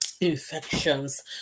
infections